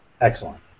Excellent